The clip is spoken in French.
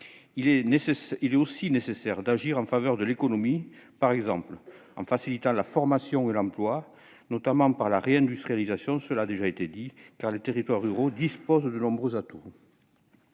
il est aussi nécessaire d'agir en faveur de l'économie, par exemple en facilitant la formation et l'emploi, notamment par la réindustrialisation, comme cela a déjà été souligné, car les territoires ruraux disposent de nombreux atouts.